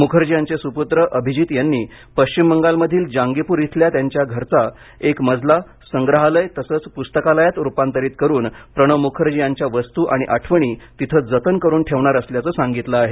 मुखर्जी यांचे सुपूत्र अभिजित यांनी पश्चिम बंगालमधील जांगीपुर इथल्या त्यांच्या घराचा एक मजला संग्रहालय तसंच पुस्तकालयात रुपांतरित करुन प्रणव मुखर्जी यांच्या वस्तू आणि आठवणी तिथं जतन करुन ठेवणार असल्याचं सांगितलं आहे